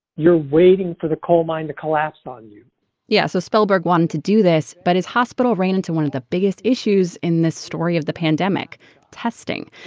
you're waiting for the coal mine to collapse on you yeah. so spellberg wanted to do this, but his hospital ran into one of the biggest issues in this story of the pandemic testing.